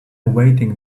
awaiting